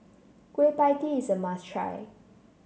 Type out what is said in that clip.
Kueh Pie Tee is a must try